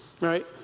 right